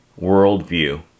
worldview